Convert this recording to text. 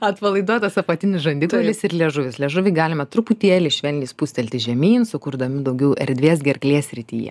atpalaiduotas apatinis žandikaulis ir liežuvis liežuvį galima truputėlį švelniai spustelti žemyn sukurdami daugiau erdvės gerklės srityje